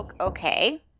Okay